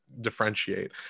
differentiate